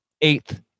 eighth